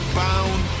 bound